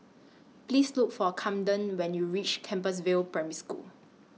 Please Look For Kamden when YOU REACH Compassvale Primary School